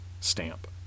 stamp